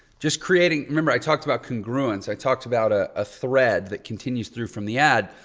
just creating, remember i talked about congruence. i talked about a ah thread that continues through from the ad.